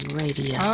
radio